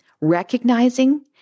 recognizing